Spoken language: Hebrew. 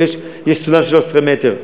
יש סולם של 13 מטר.